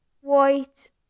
white